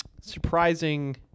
surprising